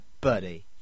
buddy